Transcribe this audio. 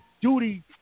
duty